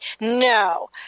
No